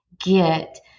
get